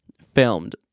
filmed